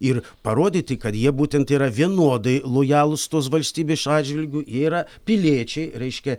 ir parodyti kad jie būtent yra vienodai lojalūs tos valstybės atžvilgiu yra piliečiai reiškia